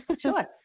Sure